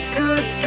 good